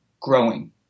growing